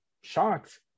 shocked